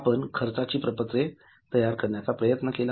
आपण खर्चाची प्रपत्रे तयार करण्याचा प्रयत्न केला